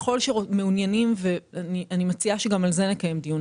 אני מציעה שגם על זה נקיים דיון,